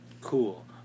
Cool